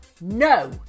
No